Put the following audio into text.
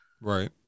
Right